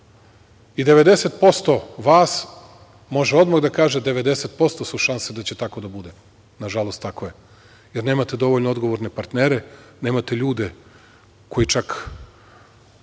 90% vas može odmah da kaže, 90% su šanse da će tako da bude. Nažalost, tako je, jer nemate dovoljno odgovorne partnere, nemate ljude koji čak,